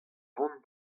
vont